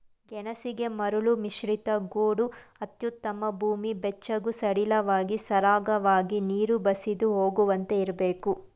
ಗೆಣಸಿಗೆ ಮರಳುಮಿಶ್ರಿತ ಗೋಡು ಅತ್ಯುತ್ತಮ ಭೂಮಿ ಬೆಚ್ಚಗೂ ಸಡಿಲವಾಗಿ ಸರಾಗವಾಗಿ ನೀರು ಬಸಿದು ಹೋಗುವಂತೆ ಇರ್ಬೇಕು